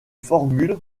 formules